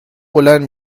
بلند